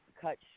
cut